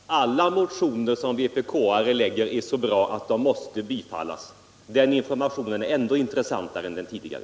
Herr talman! Nu fick vi höra att alla motioner som vpk väcker är så bra att de måste bifallas. Den informationen är ännu intressantare än den tidigare.